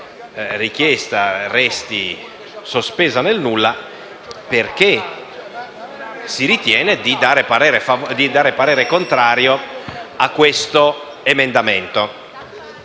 richiesta resti sospesa nel nulla, perché si ritiene di esprimere parere contrario a questo emendamento,